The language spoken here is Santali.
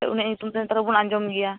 ᱥᱮ ᱩᱱᱤᱭᱟᱜ ᱧᱩᱛᱩᱢ ᱫᱚ ᱱᱮᱛᱟᱨ ᱦᱚᱸᱵᱚᱱ ᱟᱸᱡᱚᱢ ᱜᱮᱭᱟ